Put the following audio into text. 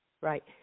right